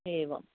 एवम्